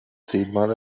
zehnmal